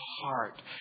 heart